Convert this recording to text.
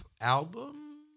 album